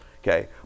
Okay